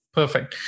Perfect